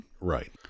right